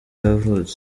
yavutse